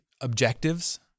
objectives